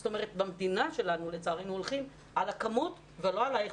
זאת אומרת במדינה שלנו לצערנו הולכים על הכמות ולא על האיכות.